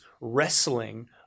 wrestling